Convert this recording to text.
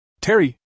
Terry